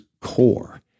core